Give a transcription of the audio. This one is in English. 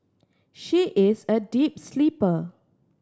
she is a deep sleeper